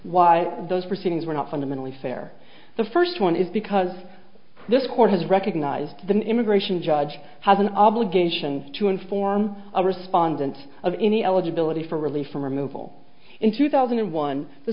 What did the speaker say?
why those proceedings were not fundamentally fair the first one is because this court has recognized the an immigration judge has an obligation to inform a respondent of any eligibility for relief from removal in two thousand and one the